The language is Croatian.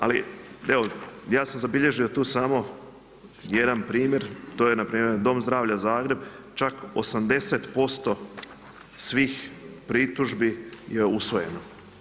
Ali evo ja sam zabilježio tu samo jedan primjer to je npr. Dom zdravlja Zagreb, čak 80% svih pritužbi je usvojeno.